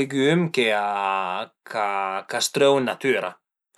legüm ch'a së trövu ën natüra